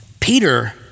Peter